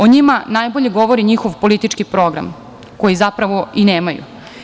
O njima najbolje govori njihov politički program, koji zapravo i nemaju.